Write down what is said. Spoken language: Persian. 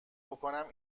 بکنم